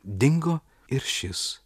dingo ir šis